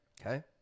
Okay